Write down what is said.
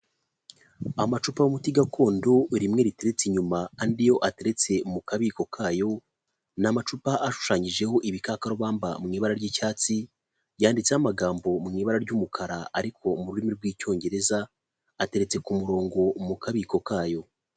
Amacupa y'umuti gakondo rimwe riteretse inyuma andi yo ateretse mu kabiko kayo, ni amacupa ashushanyijeho ibikakarubamba mu ibara ry'icyatsi, yanditseho amagambo mu ibara ry'umukara ariko mu rurimi rw'icyongereza, ateretse ku murongo mu kabiko kayo.